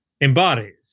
embodies